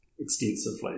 Extensively